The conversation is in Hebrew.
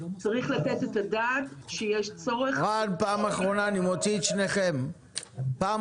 אז אני מאוד